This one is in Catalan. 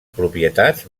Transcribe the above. propietats